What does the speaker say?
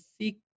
seek